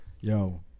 yo